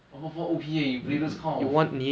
one four four O_P leh you oblivious of